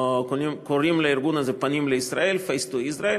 קוראים לארגון הזה "פנים לישראל", Face to Israel.